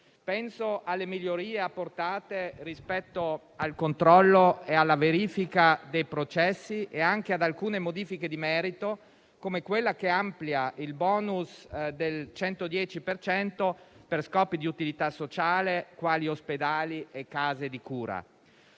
Penso alle migliorie apportate rispetto al controllo e alla verifica dei processi e anche ad alcune modifiche di merito, come quella che amplia il bonus del 110 per cento per scopi di utilità sociale, quali ospedali e case di cura.